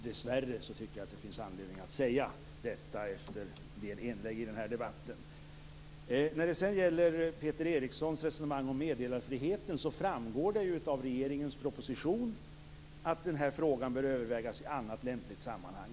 Dessvärre tycker jag att det finns anledning att säga detta efter en del inlägg i den här debatten. När det sedan gäller Peter Erikssons resonemang om meddelarfriheten framgår det av regeringens proposition att frågan bör övervägas i annat lämpligt sammanhang.